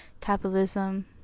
capitalism